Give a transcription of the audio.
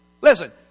Listen